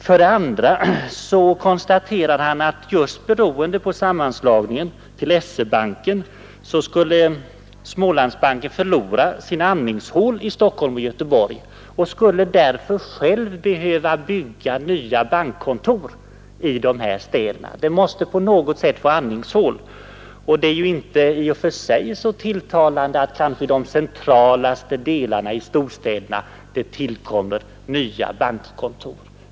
För det andra konstaterar han att just beroende på sammanslagningen till SE-banken skulle Smålandsbanken förlora sina ”andningshål” i Stockholm och i Göteborg och därför själv behöva bygga nya bankkontor i dessa städer. Det är inte i och för sig så tilltalande, vill jag säga, att det kanske i de centralaste delarna av storstäderna tillkommer nya bankkontor.